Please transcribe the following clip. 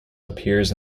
appears